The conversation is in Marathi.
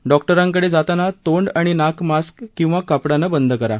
डॉक जिंकडे जाताना तोंड आणि नाक मास्क किंवा कापडानं बंद करा